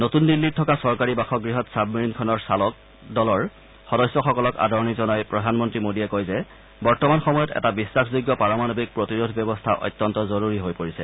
নতুন দিল্লীত থকা চৰকাৰী বাসগৃহত ছাবমেৰিণখনৰ চালক দলৰ সদস্যসকলক আদৰণি জনাই প্ৰধানমন্ত্ৰী মোদীয়ে কয় যে বৰ্তমান সময়ত এটা বিশ্বাসযোগ্য পাৰমাণৱিক প্ৰতিৰোধ ব্যৱস্থা অত্যন্ত জৰুৰী হৈ পৰিছে